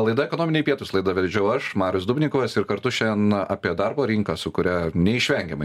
laida ekonominiai pietūs laidą vedžiau aš marius dubnikovas ir kartu šian apie darbo rinką su kuria neišvengiamai